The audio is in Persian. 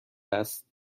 است